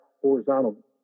horizontal